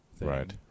right